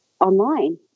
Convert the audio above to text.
online